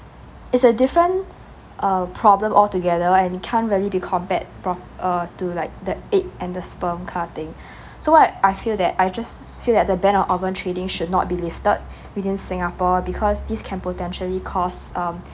it's a different uh problem altogether and it can't really be compared pro~ uh to like that egg and the sperm kind of thing so what I I feel that I just feel that the ban on organ trading should not be lifted within singapore because this can potentially cause um